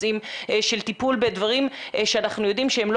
בנושאים של טיפול בדברים שאנחנו יודעים שהם לא